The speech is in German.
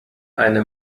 eine